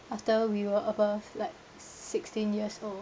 after we were above like sixteen years old